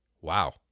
Wow